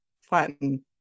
flatten